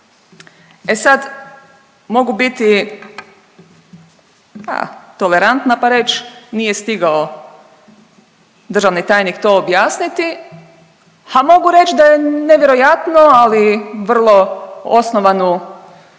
E sad, mogu biti tolerantna pa reć nije stigao državni tajnik to objasniti, a mogu reć da je nevjerojatno ali vrlo osnovanu